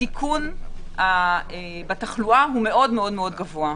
הסיכון בתחלואה הוא מאוד גבוה.